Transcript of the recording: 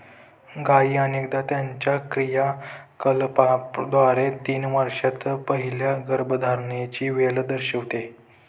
गायी अनेकदा त्यांच्या क्रियाकलापांद्वारे तीन वर्षांत पहिल्या गर्भधारणेची वेळ दर्शवितात